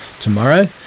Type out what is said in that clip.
tomorrow